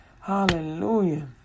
Hallelujah